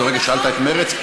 שאלת את מרצ?